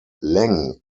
leng